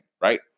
right